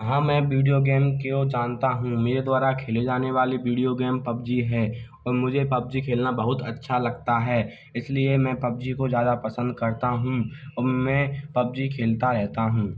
हाँ मैं video game क्यों जानता हूँ मेरे द्वारा खेले जाने वाले वीडियो गेम पबजी है और मुझे पबजी खेलना बहुत अच्छा लगता है इसलिए मैं पबजी को ज़्यादा पसंद करता हूँ और मैं पबजी खेलता रहता हूँ